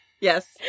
yes